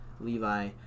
Levi